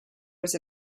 was